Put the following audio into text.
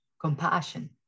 compassion